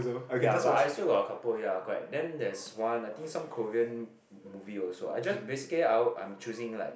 ya but I still got a couple ya correct then there's one I think some Korean movie also I just basically I I'm choosing like